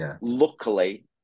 luckily